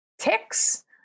ticks